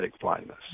blindness